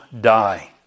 die